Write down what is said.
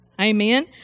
Amen